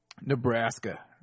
Nebraska